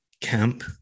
camp